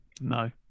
No